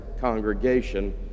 congregation